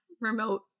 remote